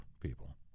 people